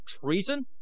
treason